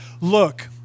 Look